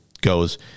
goes